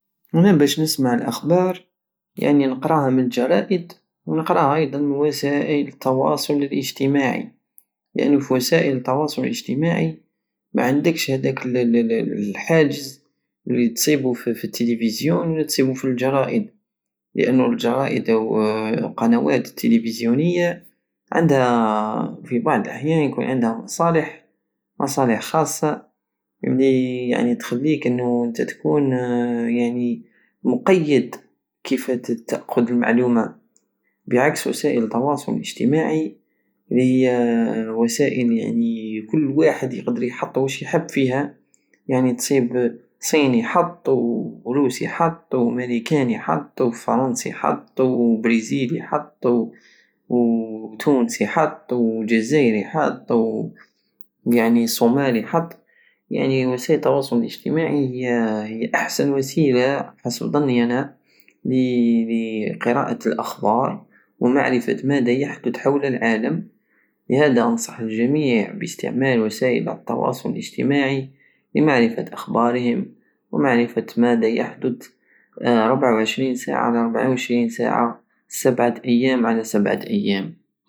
انا بش نسمع الاخبار يعني نقراها من الجرائد ونقراها ايضا من وسائل التوصل الاجتماعي لانو في وسائل التواصل الاجتماعي معندكش هداك الحاجز الي تصيبو فيوالتلفيزيون وتصيبو فالجرائد لانو الجرائد تر وقنوات التلفيزيونية عندها في بعض الاحيان يكون عندها صالح مصالح خاصة ليعني تخيك انو نتا تكون يعني مقيد كيفاه تتاخد المعلومة عكس وسائل التواصل الاجتماعي الي وسائل يعني كل واحد يقدر يحط واش يحب فيها يعني تصيب صيني يحط وروسي يحط ومريكاني يحط وفرنسي يحط وبريزيلي يحط وتونسي يحط وجزائري يحط ويعني صومالي يحط يعني وسائل التواصل الاجتماعي هي- هي احسن وسيلة في ضني انا لي- قراءة الاخبار ومعرفة مادا يحدث حول العالم لهادا انصح الجميع باستعمال وسائل التواصل الجتماعي لمعرفة اخبارهم ومعرفة مادا يحدث في ربعة وعشرين ساعة على ربعة وعشرين ساعة سبعة ايام على سبعة ايام